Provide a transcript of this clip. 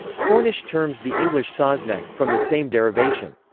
cornish terms the english sawsnek, from the same derivation.